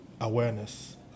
Awareness